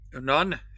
None